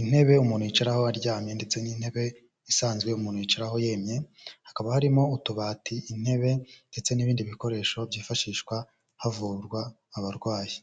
intebe umuntu yicaraho aryamye ndetse n'intebe isanzwe umuntu yicaraho yemye, hakaba harimo utubati intebe ndetse n'ibindi bikoresho byifashishwa havurwa abarwayi.